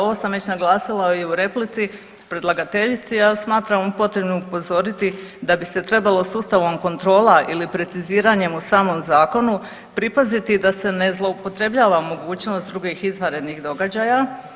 Ovo sam već naglasila i u replici predlagateljici, ali smatram potrebnim upozoriti da bi se trebalo sustavom kontrola ili preciziranjem u samom zakonu pripaziti da se ne zloupotrebljava mogućnost drugih izvanrednih događaja.